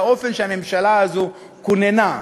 לאופן שהממשלה הזאת כוננה.